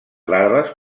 larves